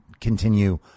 continue